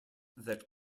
that